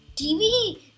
TV